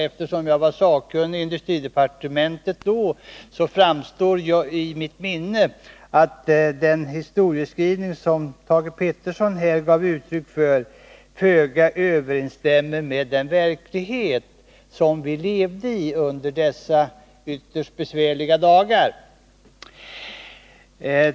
Eftersom jag var sakkunnig i industridepartementet då, framstår det i mitt minne att den historieskrivning som Thage Peterson gav uttryck för föga överensstämmer med den verklighet som vi levde i under dessa ytterst besvärliga dagar.